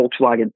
Volkswagen